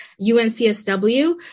UNCSW